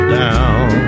down